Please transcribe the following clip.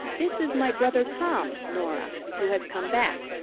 this is my brother tom, norah, who has come back,